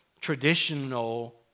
traditional